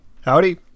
Howdy